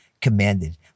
commanded